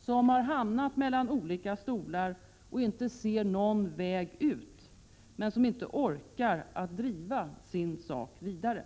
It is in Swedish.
som hamnat mellan två stolar och inte ser någon väg ut och inte orkar driva sin sak vidare.